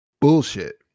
bullshit